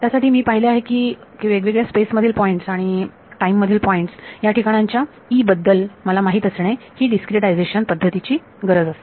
त्यासाठी मी पाहिले आहे की की वेगवेगळ्या स्पेस मधील पॉईंट्स आणि वेगवेगळ्या टाईम मधील पॉईंट्स या ठिकाणांच्या E बद्दल मला माहित असणे ही डीस्क्रीटायजेशन पद्धतींची गरज असते